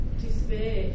despair